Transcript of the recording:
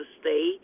stay